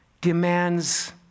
Demands